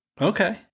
Okay